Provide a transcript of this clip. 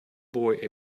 boy